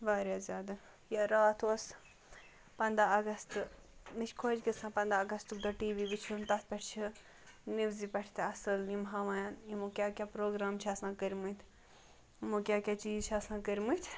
واریاہ زیادٕ یا راتھ اوس پَنٛداہ اَگست مےٚ چھِ خۄش گژھان پنٛداہ اَگستُک دۄہ ٹی وی وُچھُن تَتھ پٮ۪ٹھ چھِ نیوزٕ پٮ۪ٹھ تہِ اَصٕل یِم ہاوان یِمو کیٛاہ کیٛاہ پرٛوگرام چھِ آسان کٔرۍمٕتۍ یِمو کیٛاہ کیٛاہ چیٖز چھِ آسان کٔرۍ مٕتۍ